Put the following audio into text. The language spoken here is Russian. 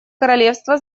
королевства